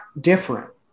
different